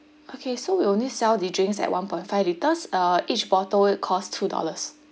okay so we only sell the drinks at one point five litres uh each bottle cost two dollars